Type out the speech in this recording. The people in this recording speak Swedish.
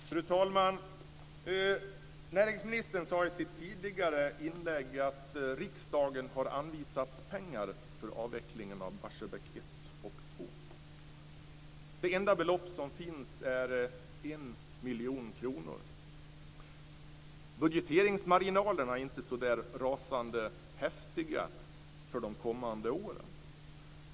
Fru talman! Näringsministern sade i sitt tidigare inlägg att riksdagen har anvisat pengar för avvecklingen av Barsebäck 1 och 2. Det enda belopp som finns är 1 miljon kronor. Budgeteringsmarginalerna är inte så där rasande häftiga för de kommande åren.